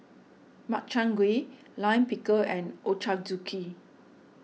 Makchang Gui Lime Pickle and Ochazuke